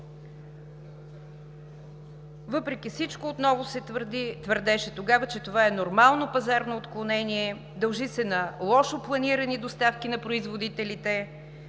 400 милиона. Отново се твърдеше тогава, че това е нормално пазарно отклонение, дължи се на лошо планирани доставки на производителите,